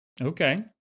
Okay